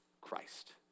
Christ